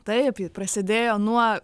taip ji prasidėjo nuo